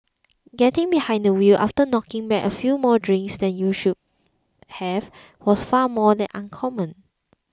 getting behind the wheel after knocking back a few more drinks than you should have was far from uncommon